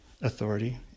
authority